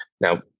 Now